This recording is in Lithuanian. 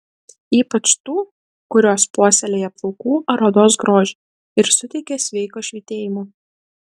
ypač tų kurios puoselėja plaukų ar odos grožį ir suteikia sveiko švytėjimo